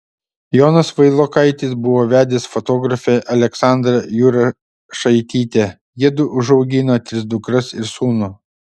jonas vailokaitis buvo vedęs fotografę aleksandrą jurašaitytę jiedu užaugino tris dukras ir sūnų